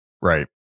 Right